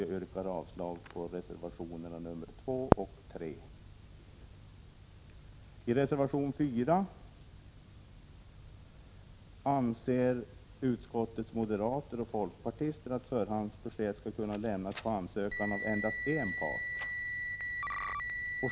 Jag yrkar avslag på reservationerna 2 och 3. I reservation 4 anser utskottets moderater och folkpartister att förhandsbesked skall kunna lämnas på ansökan av endast en part.